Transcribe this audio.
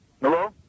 Hello